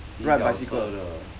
起脚车的